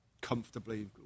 comfortably